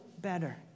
better